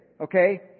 okay